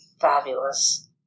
Fabulous